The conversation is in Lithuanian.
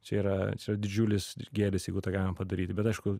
čia yra didžiulis gėris jeigu tą galima padaryti bet aišku